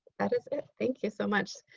that is it, thank you so much.